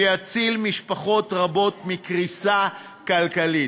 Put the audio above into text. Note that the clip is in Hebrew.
שיציל משפחות רבות מקריסה כלכלית.